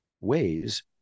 ways